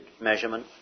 measurement